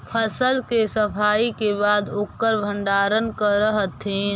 फसल के सफाई के बाद ओकर भण्डारण करऽ हथिन